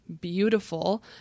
beautiful